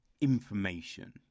information